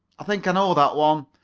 i think i know that one.